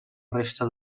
resta